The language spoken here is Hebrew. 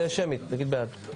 זה שמית, תגיד בעד.